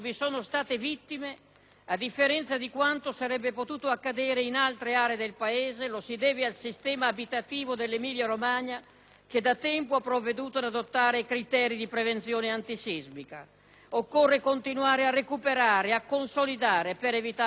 a differenza di quanto sarebbe potuto accadere in altre aree del Paese, lo si deve al sistema abitativo dell'Emilia Romagna, che da tempo ha provveduto ad adottare i criteri di prevenzione antisismica. Occorre continuare a recuperare e a consolidare per evitare problemi peggiori.